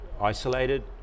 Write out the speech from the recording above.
isolated